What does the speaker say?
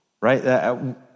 right